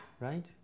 right